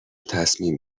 تصمیم